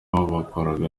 bakoraga